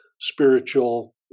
spiritual